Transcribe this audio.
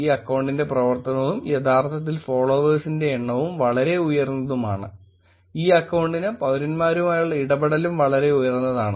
ഈ അക്കൌണ്ടിന്റെ പ്രവർത്തനവും യഥാർത്ഥത്തിൽ ഫോള്ളോവെഴ്സിന്റെ എണ്ണം വളരെ ഉയർന്നതും ആണ് ഈ അക്കൌണ്ടിന് പൌരന്മാരുമായുള്ള ഇടപെടലും വളരെ ഉയർന്നതാണ്